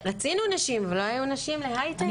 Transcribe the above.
רצינו נשים אבל לא היו נשים להייטק או לנושאי ביטחון.